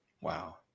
Wow